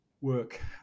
work